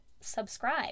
subscribe